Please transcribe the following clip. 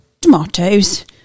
tomatoes